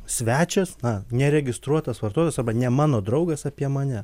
svečias na neregistruotas vartototojas arba ne mano draugas apie mane